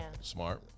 smart